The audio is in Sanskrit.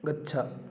गच्छ